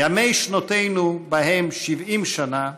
"ימי שנותינו בהם שבעים שנה,